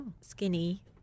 skinny